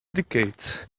decades